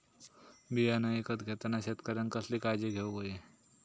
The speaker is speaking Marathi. बियाणा ईकत घेताना शेतकऱ्यानं कसली काळजी घेऊक होई?